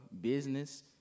business